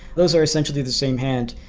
those are essentially the same hand,